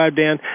Dan